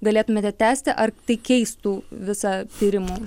galėtumėte tęsti ar tai keistų visą tyrimų